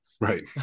Right